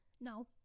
No